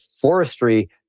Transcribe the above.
forestry